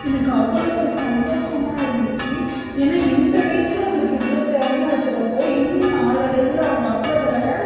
எனக்கு அவ்வளோ ஒரு சந்தோஷமாக இருந்துச்சு ஏன்னால் இந்த வயசில் அவளுக்கு இவ்வளோ திறம இருக்கிறப்போ இன்னும் நாளடைவில் அவள் வளர வளர